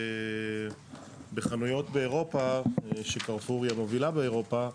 ובחנויות באירופה ש'קרפור' היא המובילה באירופה,